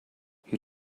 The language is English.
you